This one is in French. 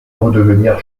redevenir